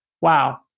Wow